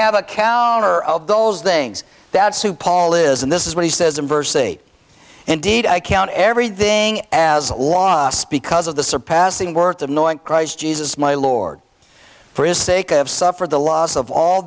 have a counter of those things that superbowl is and this is what he says in verse c indeed i count everything as lost because of the surpassing worth of knowing christ jesus my lord for his sake of suffer the loss of all